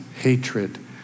hatred